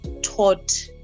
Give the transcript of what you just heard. taught